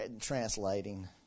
translating